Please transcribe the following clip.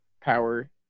power